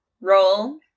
roll